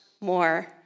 more